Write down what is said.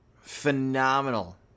phenomenal